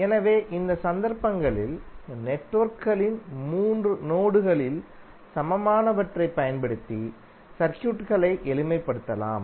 எனவே இந்த சந்தர்ப்பங்களில் நெட்வொர்க்குகளின் 3 நோடுகளில் சமமானவற்றைப் பயன்படுத்தி சர்க்யூட்களை எளிமைப்படுத்தலாம்